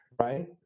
right